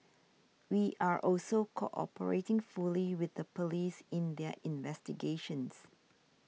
we are also cooperating fully with the police in their investigations